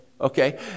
Okay